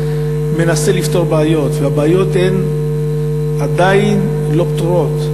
מנסה לפתור בעיות והבעיות עדיין לא פתורות.